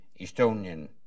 Estonian